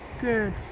Good